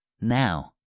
now